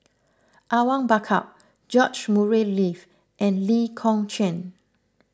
Awang Bakar George Murray Reith and Lee Kong Chian